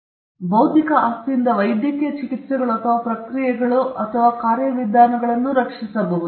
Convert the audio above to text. speaker 2 ಬೌದ್ಧಿಕ ಆಸ್ತಿಯಿಂದ ವೈದ್ಯಕೀಯ ಚಿಕಿತ್ಸೆಗಳು ಅಥವಾ ಪ್ರಕ್ರಿಯೆಗಳು ಅಥವಾ ಕಾರ್ಯವಿಧಾನಗಳನ್ನು ರಕ್ಷಿಸಬಹುದೇ